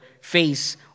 face